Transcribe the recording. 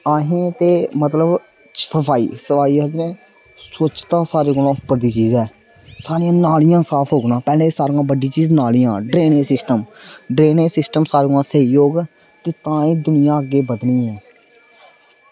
असें ते मतलब सफाई सफाई ते स्वच्छता उप्पर दी चीज ऐ सानूं नालियां साफ होङन ते सारें कशा पैह्लें एह् नालियां साफ होङन ड्रेनेज़ सिस्टम ड्रेनेज़ सिस्टम सारें कोला स्हेई होग कि तां गै दुनियां अग्गें बधनी ऐ